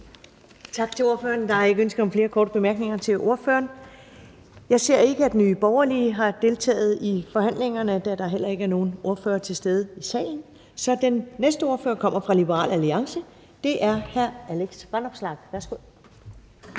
Tak til ordføreren. Der er ikke ønsker om flere korte bemærkninger til ordføreren. Jeg ser ikke, at Nye Borgerlige har deltaget i forhandlingerne, og da der heller ikke er nogen ordfører til stede i salen, kommer den næste ordfører fra Liberal Alliance, og det er hr. Alex Vanopslagh. Værsgo.